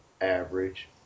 average